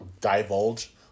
divulge